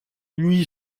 lui